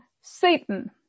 Satan